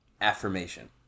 affirmation